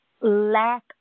lack